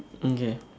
okay